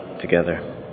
together